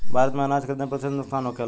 भारत में अनाज कितना प्रतिशत नुकसान होखेला?